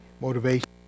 motivation